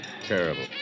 Terrible